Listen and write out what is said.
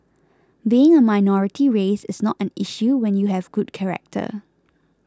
being a minority race is not an issue when you have good character